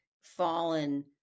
fallen